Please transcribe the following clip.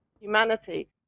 humanity